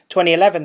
2011